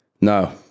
No